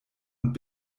und